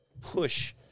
push